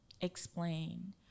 explain